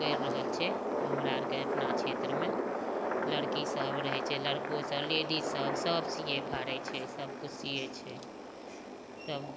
कैरि रहल छै हमरा आरके अपना क्षेत्रमे लड़की सब रहै छै लड़कोसब लेडीजसब सब सीयै फाड़ै छै सबकिछु सीयै छै सब